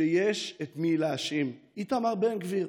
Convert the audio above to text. שיש את מי להאשים: איתמר בן גביר.